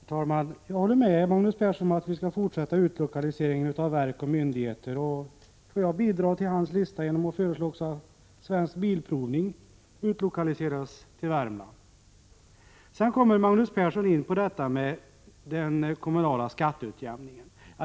Herr talman! Jag håller med Magnus Persson att vi skall fortsätta med utlokaliseringen av verk och myndigheter. Får jag bidra till hans lista genom att föreslå att Svensk bilprovning utlokaliseras till Värmland. Magnus Persson kom in på den kommunala skatteutjämningen.